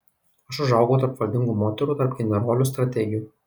aš užaugau tarp valdingų moterų tarp generolių strategių